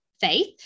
faith